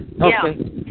Okay